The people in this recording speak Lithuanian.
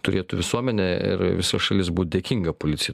turėtų visuomenė ir visa šalis būt dėkinga policijai